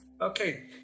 Okay